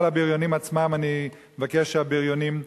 אני לא מדבר על הבריונים עצמם.